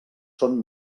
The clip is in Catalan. són